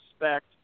respect